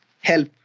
help